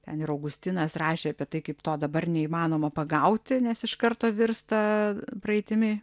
ten ir augustinas rašė apie tai kaip to dabar neįmanoma pagauti nes iš karto virsta praeitimi